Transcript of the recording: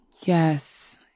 Yes